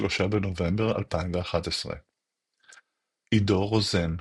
3 בנובמבר 2011 עידו רוזן,